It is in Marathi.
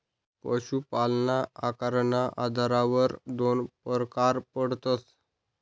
पशुपालनना आकारना आधारवर दोन परकार पडतस